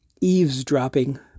eavesdropping